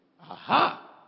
Aha